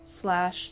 slash